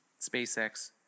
SpaceX